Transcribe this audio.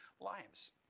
lives